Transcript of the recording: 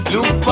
Look